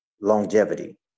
longevity